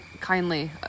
kindly